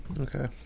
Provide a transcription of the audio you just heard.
Okay